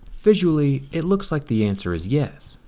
visually it looks like the answer is yes.